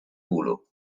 bólu